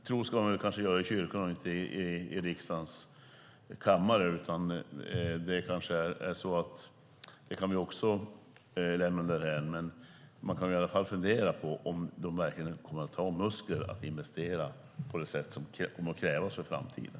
Tro ska man väl kanske göra i kyrkan och inte i riksdagens kammare. Det kanske vi också kan lämna därhän. Men man kan i alla fall fundera på om de verkligen kommer att ha muskler att investera på det sätt som kommer att krävas för framtiden.